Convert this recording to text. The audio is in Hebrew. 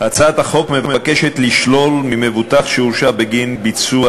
הצעת החוק מבקשת לשלול ממבוטח שהורשע בגין ביצוע